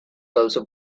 also